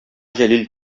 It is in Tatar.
җәлил